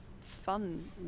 fun